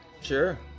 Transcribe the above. Sure